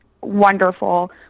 wonderful